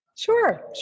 Sure